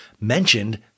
mentioned